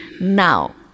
Now